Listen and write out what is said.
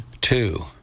Two